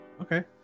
Okay